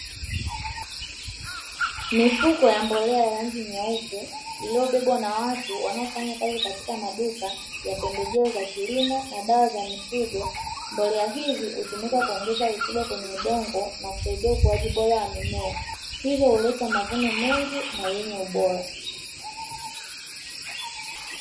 Mifuko ya mbolea ya rangi nyeupe, iliyobebwa na watu wanaofanya kazi katika maduka ya pembejeo za kilimo na dawa za mifugo, mbolea hizi hutumika kuongeza rutuba kwenye udongo na kusaidia ukuaji bora wa mimea, hivyo huleta mavuno mengi na yenye ubora.